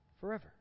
forever